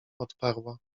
odparła